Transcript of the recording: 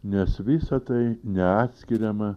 nes visa tai neatskiriama